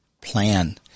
Plan